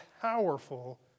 powerful